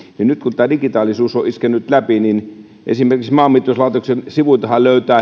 nyt kun tämä digitaalisuus on iskenyt läpi niin esimerkiksi maanmittauslaitoksen sivuiltahan löytää